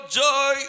joy